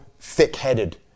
thick-headed